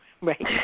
Right